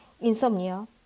insomnia